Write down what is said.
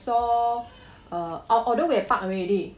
saw uh al~ although we have parked already